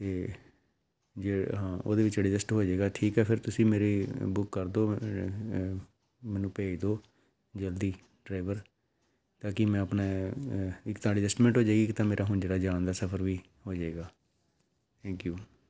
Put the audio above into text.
ਅਤੇ ਜੇ ਹਾਂ ਉਹਦੇ ਵਿੱਚ ਐਡਜਸਟ ਹੋ ਜਾਏਗਾ ਠੀਕ ਹੈ ਫਿਰ ਤੁਸੀਂ ਮੇਰੀ ਬੁੱਕ ਕਰ ਦਿਓ ਮੈਨੂੰ ਭੇਜ ਦਿਓ ਜਲਦੀ ਡਰਾਈਵਰ ਤਾਂ ਕਿ ਮੈਂ ਆਪਣਾ ਇੱਕ ਤਾਂ ਐਡਜਸਟਮੈਂਟ ਹੋ ਜਾਏਗੀ ਇੱਕ ਤਾਂ ਮੇਰਾ ਹੁਣ ਜਿਹੜਾ ਜਾਣ ਦਾ ਸਫ਼ਰ ਵੀ ਹੋ ਜਾਏਗਾ ਥੈਂਕ ਯੂ